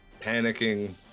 panicking